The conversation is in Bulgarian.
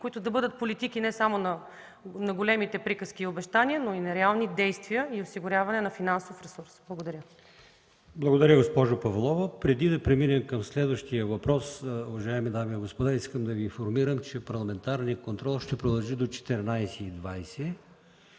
които да бъдат политики не само на големите приказки и обещания, но и на реални действия и осигуряване на финансов ресурс. Благодаря. ПРЕДСЕДАТЕЛ АЛИОСМАН ИМАМОВ: Благодаря, госпожо Павлова. Преди да преминем към следващия въпрос, уважаеми дами и господа, искам да Ви информирам, че парламентарният контрол ще продължи до 14,20